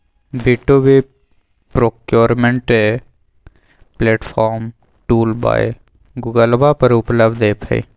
B two B procurement platform tool by गूगलवा पर उपलब्ध ऐप हई